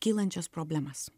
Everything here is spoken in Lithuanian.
kylančias problemas